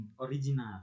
Original